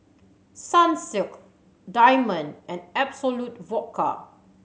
Sunsilk Diamond and Absolut Vodka